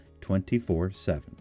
24-7